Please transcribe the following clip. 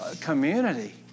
community